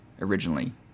originally